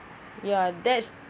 ya that's